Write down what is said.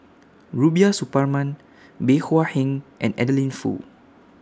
Rubiah Suparman Bey Hua Heng and Adeline Foo